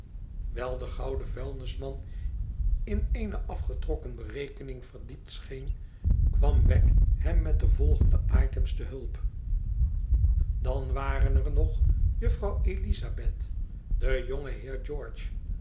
wijl de gouden vuilnisman in eene afgetrokken berekening verdiept scheen kwam wegg hem met de navolgende items te hulp dan waren er nog juffrouw elizabeth de